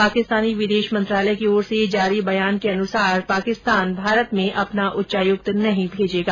पाकिस्तानी विर्देश मंत्रालय की ओर से जारी बयान के मुताबिक पाकिस्तान भारत में अपना उच्चायुक्त नहीं भेजेगा